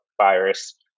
virus